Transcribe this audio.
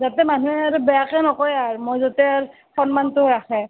যাতে মানুহে আৰু বেয়াকৈ নকয় আৰু মই যাতে আৰু সন্মানটো ৰাখে